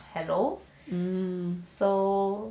hello so